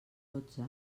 dotze